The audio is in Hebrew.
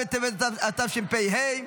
התשפ"ה 2024,